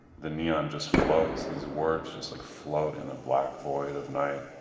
the neon just floats. these words just like float in the black void of night.